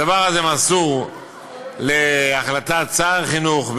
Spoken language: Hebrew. הדבר הזה מסור להחלטת שר החינוך,